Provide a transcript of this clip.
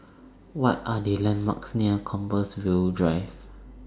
What Are The landmarks near Compassvale Drive